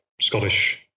Scottish